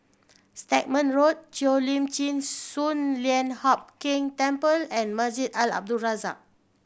Stagmont Road Cheo Lim Chin Sun Lian Hup Keng Temple and Masjid Al Abdul Razak